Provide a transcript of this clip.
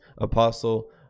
Apostle